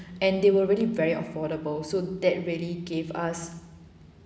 and they were really very affordable so that really gave us